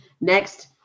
Next